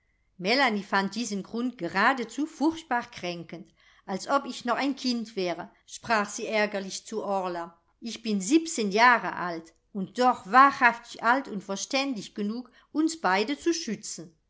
melanie fand diesen grund geradezu furchtbar kränkend als ob ich noch ein kind wäre sprach sie ärgerlich zu orla ich bin siebzehn jahre alt und doch wahrhaftig alt und verständig genug uns beide zu schützen